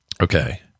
Okay